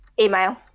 Email